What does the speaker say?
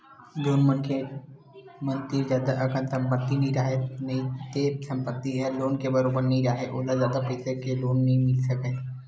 जउन मनखे मन तीर जादा अकन संपत्ति नइ राहय नइते संपत्ति ह लोन के बरोबर नइ राहय ओला जादा पइसा के लोन नइ मिल सकय